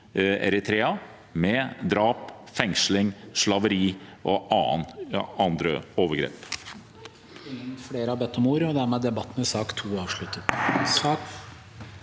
Eritrea, med drap, fengsling, slaveri og andre overgrep.